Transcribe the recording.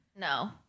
No